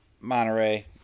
Monterey